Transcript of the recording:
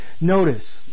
Notice